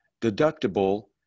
deductible